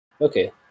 Okay